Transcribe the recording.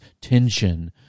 tension